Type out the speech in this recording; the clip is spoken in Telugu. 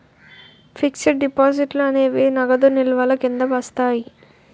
ఫిక్స్డ్ డిపాజిట్లు అనేవి నగదు నిల్వల కింద వస్తాయి